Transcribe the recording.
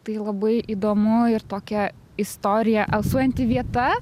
tai labai įdomu ir tokia istorija alsuojanti vieta